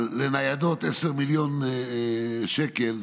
10 מיליון שקל,